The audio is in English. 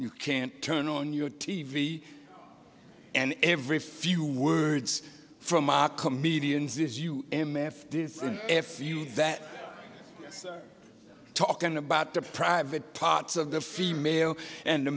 you can't turn on your t v and every few words from a comedian says you m f this f you that talking about the private parts of the female and the